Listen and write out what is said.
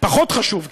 פחות חשוב,